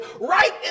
Right